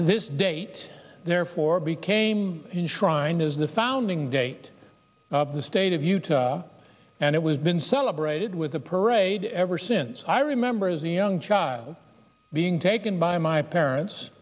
this date therefore became enshrined as the founding date of the state of utah and it was been celebrated with a parade ever since i remember as a young child being taken by my parents